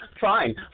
Fine